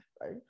right